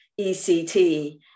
ECT